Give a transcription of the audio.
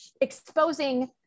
exposing